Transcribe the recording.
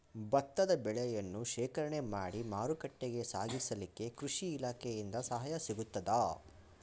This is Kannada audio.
ಭತ್ತದ ಬೆಳೆಯನ್ನು ಶೇಖರಣೆ ಮಾಡಿ ಮಾರುಕಟ್ಟೆಗೆ ಸಾಗಿಸಲಿಕ್ಕೆ ಕೃಷಿ ಇಲಾಖೆಯಿಂದ ಸಹಾಯ ಸಿಗುತ್ತದಾ?